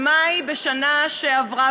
במאי בשנה שעברה,